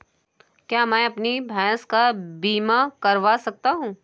क्या मैं अपनी भैंस का बीमा करवा सकता हूँ?